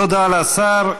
תודה לשר.